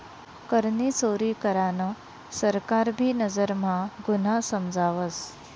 करनी चोरी करान सरकार भी नजर म्हा गुन्हा समजावस